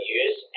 use